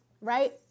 right